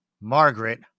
Margaret